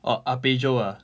orh arpeggio ah